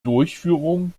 durchführung